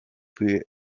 für